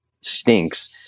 stinks